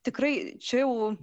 tikrai čia jau